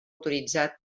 autoritzat